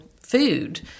food